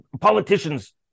politicians